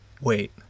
Wait